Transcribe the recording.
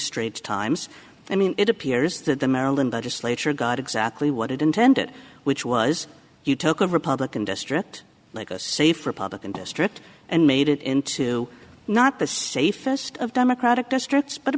straight times i mean it appears that the maryland legislature got exactly what it intended which was you took a republican district like a safe republican district and made it into not the safest of democratic districts but a